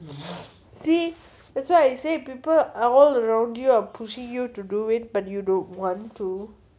see that's why I say people are all around you are pushing you to do it but you don't want to